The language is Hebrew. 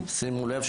שימו לב,